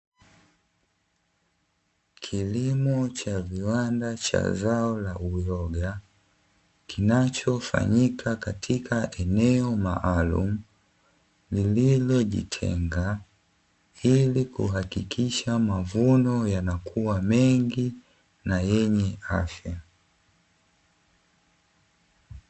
Kilimo cha viwanda cha zao la uyoga kinachofanyika katika eneo maalumu lililojitenga, ili kuhakikisha mavuno yanakuwa mengi na yenye afya.